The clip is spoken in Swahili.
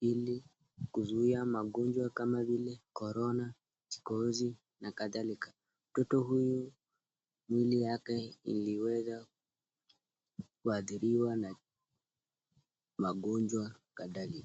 ili kuzuia magonjwa kama vile Corona , kikohozi na kadhalika . Mtoto huyu mwili yake iliweza kuadhiriwa na magonjwa kadhalika.